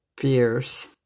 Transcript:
fierce